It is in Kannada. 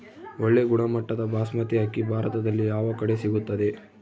ಒಳ್ಳೆ ಗುಣಮಟ್ಟದ ಬಾಸ್ಮತಿ ಅಕ್ಕಿ ಭಾರತದಲ್ಲಿ ಯಾವ ಕಡೆ ಸಿಗುತ್ತದೆ?